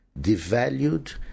devalued